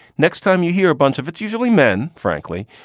next time you hear a bunch of it's usually men, frankly,